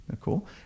Cool